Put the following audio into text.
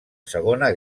segona